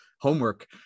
homework